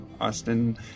Austin